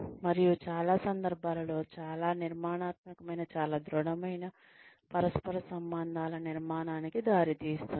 మరియు చాలా సందర్భాలలో చాలా నిర్మాణాత్మకమైన చాలా దృడమైన పరస్పర సంబంధాల నిర్మాణానికి దారితీస్తుంది